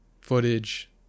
footage